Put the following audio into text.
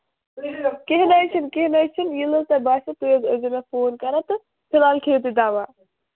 کیٚنٛہہ نہَ حظ چھُنہٕ کیٚنٛہہ نہَ حظ چھُنہٕ ییٚلہِ نہٕ تۅہہِ باسٮ۪و تُہۍ حظ ٲسۍ زیٚو مےٚ فون کران تہٕ فِلحال کھیٚیِو تُہۍ دوا